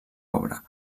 obra